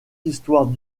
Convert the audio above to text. histoires